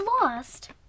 lost